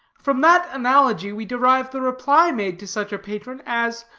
from that analogy we derive the reply made to such a patron as,